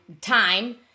time